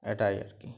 এটাই আর কি